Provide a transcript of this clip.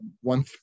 one